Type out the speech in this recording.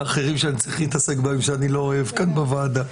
אחרים שאני צריך להתעסק בהם שאני לא אוהב כאן בוועדה?